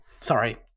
Sorry